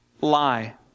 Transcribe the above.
lie